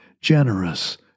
generous